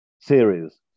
series